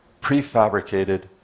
prefabricated